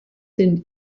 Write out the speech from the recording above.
sind